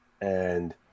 and-